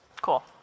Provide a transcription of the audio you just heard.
Cool